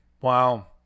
Wow